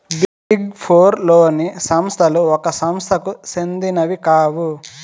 big four లోని సంస్థలు ఒక సంస్థకు సెందినవి కావు